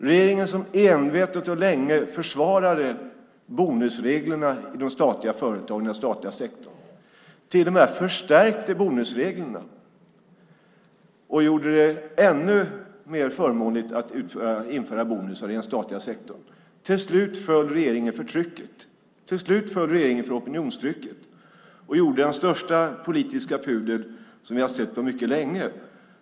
Regeringen, som envetet och länge försvarade bonusreglerna i företag i den statliga sektorn och till och med förstärkte dem och gjorde det ännu mer fördelaktigt med bonusar, föll till slut för opinionstrycket och gjorde den största politiska pudel som jag har sett på mycket länge.